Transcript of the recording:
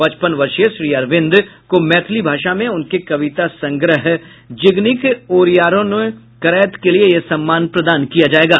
पचपन वर्षीय श्री अरविंद को मैथिली भाषा में उनके कविता संग्रह जिनगीक ओरिआओन करैत के लिये यह सम्मान प्रदान किया जायेगा